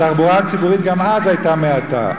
התחבורה הציבורית גם אז היתה מעטה.